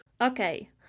Okay